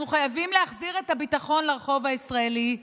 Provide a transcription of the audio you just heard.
אנחנו חייבים להחזיר את הביטחון לרחוב הישראלי,